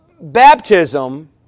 baptism